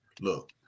look